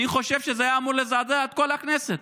אני חושב שזה היה אמור לזעזע את כל הכנסת.